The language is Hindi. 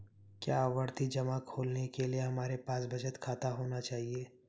क्या आवर्ती जमा खोलने के लिए हमारे पास बचत खाता होना चाहिए?